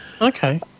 Okay